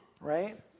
Right